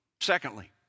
Secondly